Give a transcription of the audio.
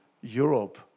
Europe